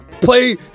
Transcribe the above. Play